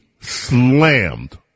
slammed